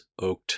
oaked